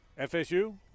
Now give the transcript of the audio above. FSU